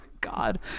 God